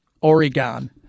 Oregon